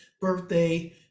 birthday